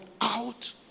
out